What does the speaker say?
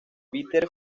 peter